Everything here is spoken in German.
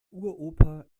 uropa